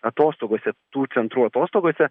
atostogose tų centrų atostogose